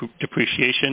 depreciation